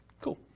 Cool